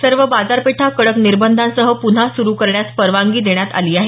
सर्व बाजारपेठा कडक निबंधांसह पुन्हा दुरु करण्यास परवानगी देण्यात आली आहे